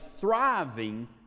thriving